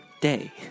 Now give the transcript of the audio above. day